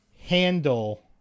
handle